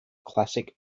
classic